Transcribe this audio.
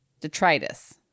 Detritus